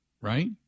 right